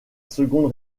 seconde